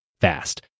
fast